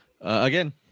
Again